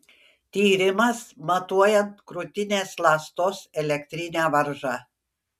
tyrimas matuojant krūtinės ląstos elektrinę varžą